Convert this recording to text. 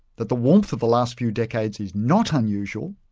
that the warmth of the last few decades is not unusual,